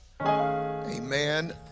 amen